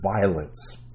violence